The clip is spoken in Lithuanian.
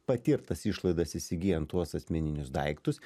patirtas išlaidas įsigyjant tuos asmeninius daiktus